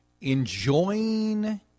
enjoying